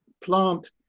plant